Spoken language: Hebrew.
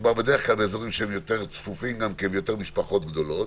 מדובר בדרך כלל באזורים שהם יותר צפופים ויותר משפחות גדולות,